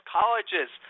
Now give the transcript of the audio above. colleges